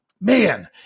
Man